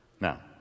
Now